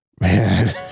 man